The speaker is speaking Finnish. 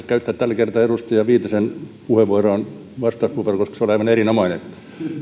käyttää tällä kertaa edustaja viitasen puheenvuoroon vastauspuheenvuoroa koska se oli aivan erinomainen